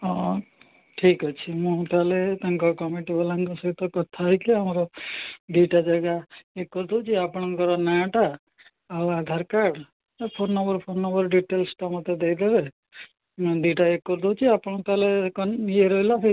ହଁ ଠିକ୍ ଅଛି ମୁଁ ତା'ହେଲେ ତାଙ୍କ କମିଟ୍ ବାଲାଙ୍କ ସହିତ କଥା ହେଇକି ଆମର ଦୁଇଟା ଜାଗା ଇଏ କରିଦଉଛି ଆପଣଙ୍କର ନାଁଟା ଆଉ Aadhaar card phone number phone number ଡିଟେଲସ୍ଟା ମତେ ଦେଇଦେବେ ମୁଁ ଦୁଇଟା ଏ କରିଦଉଛି ଆପଣଙ୍କୁ ତା'ହେଲେ ଇଏ ରହିଲା ସେଇ